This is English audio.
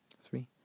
three